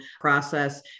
process